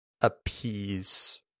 appease